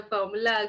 formula